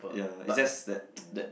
ya is is just that that